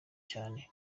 cyane